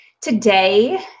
Today